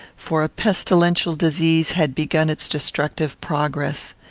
for a pestilential disease had begun its destructive progress.